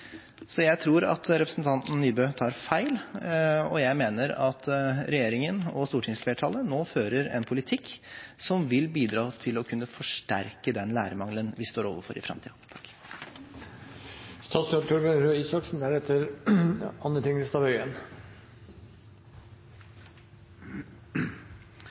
Så jeg tror at representanten Nybø tar feil, og jeg mener at regjeringen og stortingsflertallet nå fører en politikk som vil bidra til å kunne forsterke den lærermangelen vi står overfor i framtida. Takk